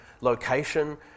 location